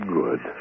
good